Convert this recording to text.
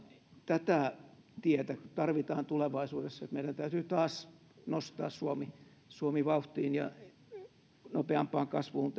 tätä tietä tarvitaan tulevaisuudessa kun meidän täytyy taas nostaa suomi suomi vauhtiin ja nopeampaan kasvuun